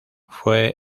fue